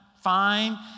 fine